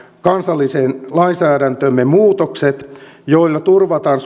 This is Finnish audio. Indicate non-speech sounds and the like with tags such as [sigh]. kansalliseen lainsäädäntöömme muutokset joilla turvataan [unintelligible]